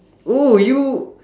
oh you